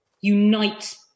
unite